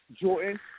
Jordan